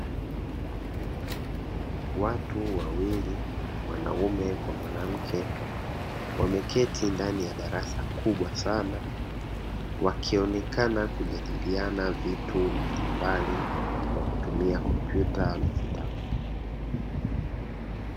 Watu wawili wanaume kwa mwanamke wameketi ndani ya darasa kubwa sana, wakionekana kujadiliana vitu mbalimbali kwa kutumia kompyuta na vitabu.